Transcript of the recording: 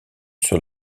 sur